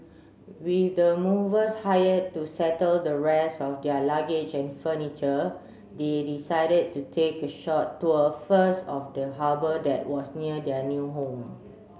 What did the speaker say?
with the movers hired to settle the rest of their luggage and furniture they decided to take a short tour first of the harbour that was near their new home